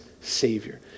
Savior